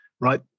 right